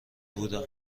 بودم